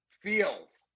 feels